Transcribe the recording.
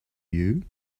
you